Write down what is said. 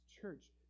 Church